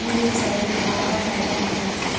ई व्यवसाय के का का फ़ायदा हवय?